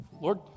Lord